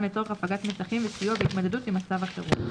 לצורך הפגת מתחים וסיוע בהתמודדות עם מצב החירום.